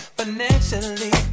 Financially